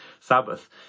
Sabbath